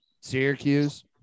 Syracuse